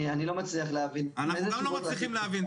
אני לא מצליח להבין --- גם אנחנו לא מצליחים להבין,